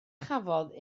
chafodd